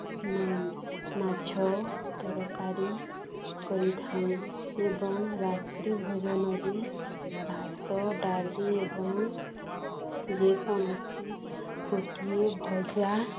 ମାଛ ତରକାରୀ କରିଥାଉ ଏବଂ ରାତ୍ରି ଭୋଜନରେ ଭାତ ଡାଲି ଏବଂ ଯେକୌଣସି ଗୋଟିଏ ଭଜା